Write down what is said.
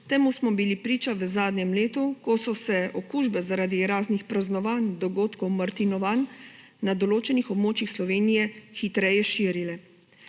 Temu smo bili priča v zadnjem letu, ko so se okužbe zaradi raznih praznovanj, dogodkov, martinovanj na določenih območjih Slovenije hitreje širile.